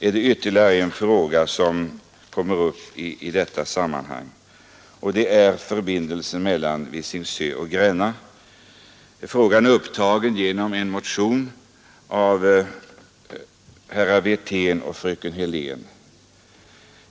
Det är ytterligare en fråga som kommer upp i detta sammanhang, nämligen förbindelsen mellan Visingsö och Gränna. Frågan har väckts genom en motion av herr Wirtén och fröken Hörlén.